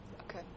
Okay